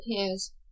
appears